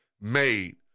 made